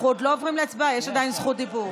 אנחנו עוד לא עוברים להצבעה, יש עדיין זכות דיבור.